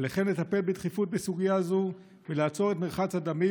עליכם לטפל בדחיפות בסוגיה זו ולעצור את מרחץ הדמים,